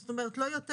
זאת אומרת, לא יותר